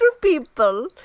people